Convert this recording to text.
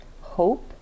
hope